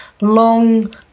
long